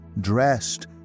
dressed